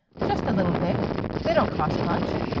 just a little vic they don't cost much.